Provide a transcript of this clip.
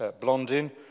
Blondin